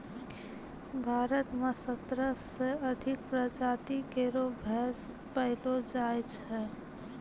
भारत म सत्रह सें अधिक प्रजाति केरो भैंस पैलो जाय छै